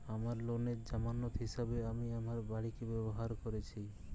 আমার লোনের জামানত হিসেবে আমি আমার বাড়িকে ব্যবহার করেছি